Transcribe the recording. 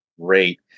Great